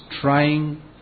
trying